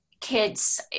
kids